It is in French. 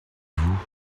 vous